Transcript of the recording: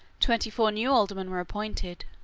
twenty-four new aldermen were appointed.